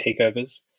takeovers